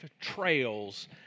trails